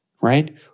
right